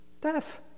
Death